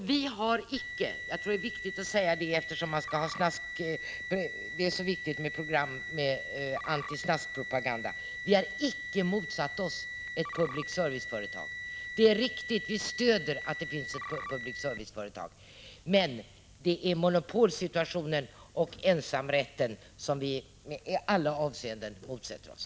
Vi har icke — jag tror det är viktigt att säga det eftersom det är så väsentligt att ha program med antisnaskpropa